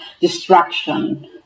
destruction